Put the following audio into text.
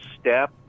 step